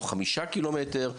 או חמישה קילומטר,